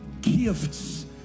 gifts